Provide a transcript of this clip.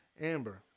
Amber